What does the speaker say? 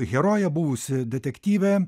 herojė buvusi detektyvė